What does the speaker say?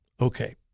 Okay